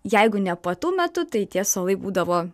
jeigu ne puotų metu tai tie suolai būdavo